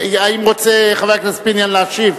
האם רוצה חבר הכנסת פיניאן להשיב?